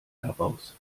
heraus